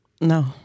No